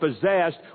possessed